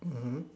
mmhmm